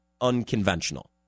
unconventional